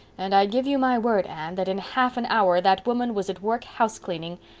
and i give you my word, anne, that in half an hour that woman was at work housecleaning.